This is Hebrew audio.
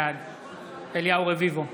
בעד אליהו רביבו,